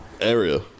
Area